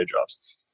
jobs